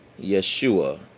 yeshua